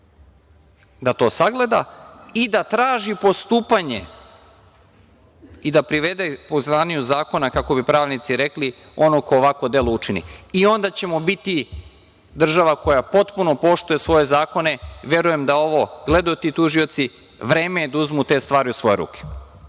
da to sagleda i da traži postupanje i da privede poznaniju zakona, kako bi pravnici rekli, onog ko ovakvo delo učini. Onda ćemo biti država koja potpuno poštuje svoje zakone. Verujem da ovo gledaju ti tužioci i vreme je da uzmu te stvari u svoje ruke.